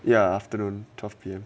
ya afternoon twelve P_M